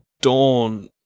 Dawn